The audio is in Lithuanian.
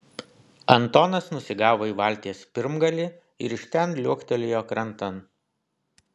antonas nusigavo į valties pirmgalį ir iš ten liuoktelėjo krantan